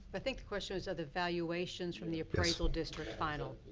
i think the question was are the valuations from the appraisal district final?